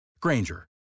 Granger